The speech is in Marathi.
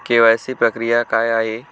के.वाय.सी प्रक्रिया काय आहे?